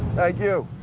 thank you.